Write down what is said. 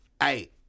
hey